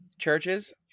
churches